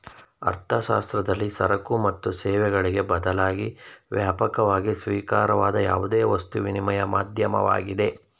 ಅರ್ಥಶಾಸ್ತ್ರದಲ್ಲಿ ಸರಕು ಮತ್ತು ಸೇವೆಗಳಿಗೆ ಬದಲಾಗಿ ವ್ಯಾಪಕವಾಗಿ ಸ್ವೀಕಾರಾರ್ಹವಾದ ಯಾವುದೇ ವಸ್ತು ವಿನಿಮಯ ಮಾಧ್ಯಮವಾಗಿದೆ